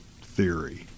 theory